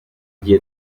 gihe